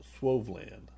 Swoveland